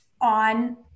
on